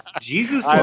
Jesus